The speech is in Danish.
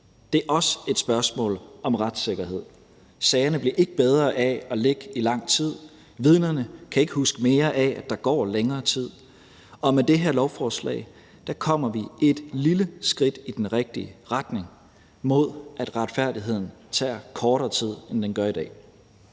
Det er også et spørgsmål om retssikkerhed. Sagerne bliver ikke bedre af at ligge i lang tid, vidnerne kan ikke huske mere af, at der går længere tid, og med det her lovforslag kommer vi et lille skridt i den rigtige retning mod, at det tager kortere tid at opnå